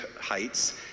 heights